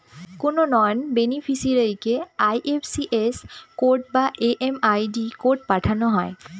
কোনো নন বেনিফিসিরইকে IFS code বা এম.এম.আই.ডি কোড পাঠানো হয়